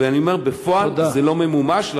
ואני אומר, בפועל זה לא ממומש.